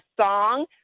song